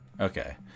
Okay